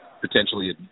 potentially